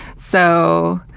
so,